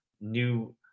new